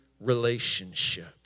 relationship